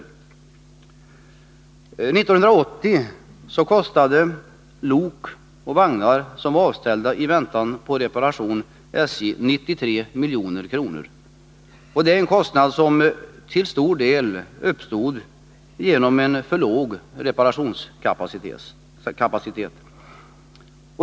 1980 kostade lok och vagnar som var avställda i väntan på reparation SJ 93 milj.kr. Det är kostnader som till stor del uppstod genom en för låg reparationskapacitet.